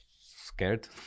scared